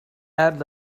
add